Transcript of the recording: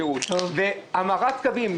אנחנו מדברים על תוספת שירות והמרת קווים.